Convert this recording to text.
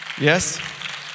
Yes